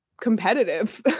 competitive